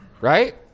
Right